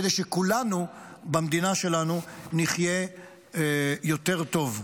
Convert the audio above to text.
כדי שכולנו במדינה שלנו נחיה יותר טוב.